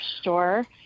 store